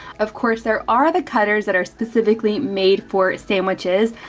of course, there are the cutters that are specifically made for sandwiches.